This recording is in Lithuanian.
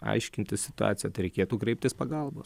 aiškintis situaciją tai reikėtų kreiptis pagalbos